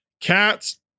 cats